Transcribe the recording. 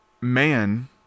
man